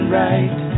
right